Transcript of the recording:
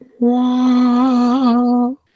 Wow